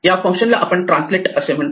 या फंक्शनला आपण ट्रान्सलेट असे म्हणतो